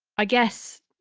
i guess,